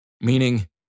meaning